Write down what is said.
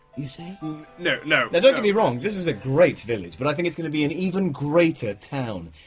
you say? n-no. no no don't get me wrong, this is a great village but i think it's going to be an even greater town.